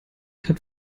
hat